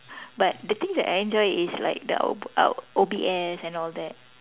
but the things that I enjoy is like the out out O_B_S and all that